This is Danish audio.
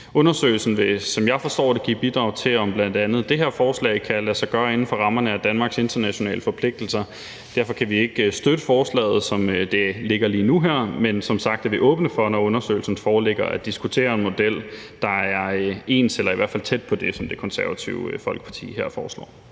Undersøgelsen vil, som jeg forstår det, give bidrag til at afklare, om bl.a. det her forslag kan lade sig gøre inden for rammerne af Danmarks internationale forpligtelser. Derfor kan vi ikke støtte forslaget, som det ligger lige nu, men som sagt er vi åbne for, når undersøgelsen foreligger, at diskutere en model, der er enslydende med eller i hvert fald tæt på det, som Det Konservative Folkeparti her foreslår.